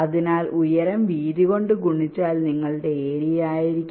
അതിനാൽ ഉയരം വീതി കൊണ്ട് ഗുണിച്ചാൽ നിങ്ങളുടെ ഏരിയ ആയിരിക്കും